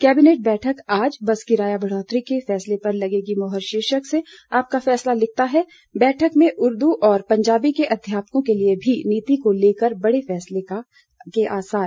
cabinet बैठक आज bus किराया बढ़ोतरी के फैसले पर लगेगी मुहर शीर्षक से आपका फैसला लिखता है बैठक में उर्दू और पंजाबी के अध्यापकों के लिये भी नीति को लेकर बड़े फैसले के आसार